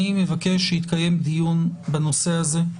אני מבקש שיתקיים דיון בנושא הזה.